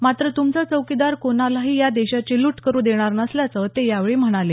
मात्र तुमचा चौकीदार कोणालाही या देशाची लूट करू देणार नसल्याचं ते यावेळी म्हणाले